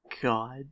God